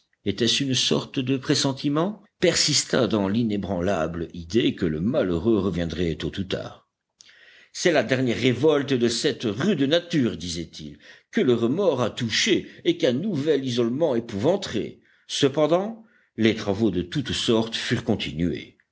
était-ce une sorte de pressentiment persista dans l'inébranlable idée que le malheureux reviendrait tôt ou tard c'est la dernière révolte de cette rude nature disait-il que le remords a touchée et qu'un nouvel isolement épouvanterait cependant les travaux de toutes sortes furent continués